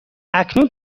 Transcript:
اکنون